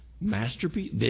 Masterpiece